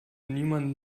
niemanden